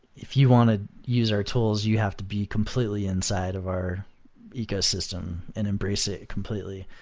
if you want to use our tools, you have to be completely inside of our ecosystem and embrace it completely.